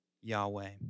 Yahweh